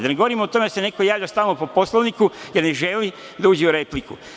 Da ne govorim o tome da se neko javlja stalno po Poslovniku, jer ne želi da uđe u repliku.